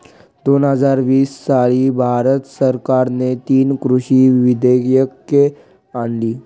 दोन हजार वीस साली भारत सरकारने तीन कृषी विधेयके आणली